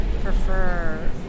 prefer